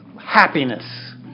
happiness